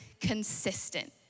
consistent